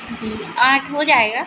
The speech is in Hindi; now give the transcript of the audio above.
जी आठ हो जाएगा